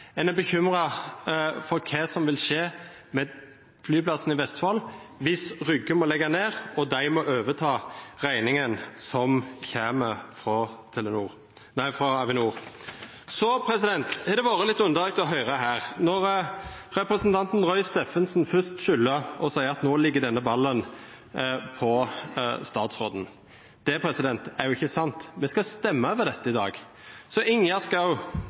en er bekymret for hva som vil skje med flyplassen i Vestfold hvis Moss Lufthavn Rygge må legges ned, og en må overta regningen som kommer fra Avinor. Det har vært litt underlig å høre på representanten Roy Steffensen først skylde på og si at nå ligger denne ballen hos statsråden. Det er ikke sant, vi skal stemme over dette i dag, så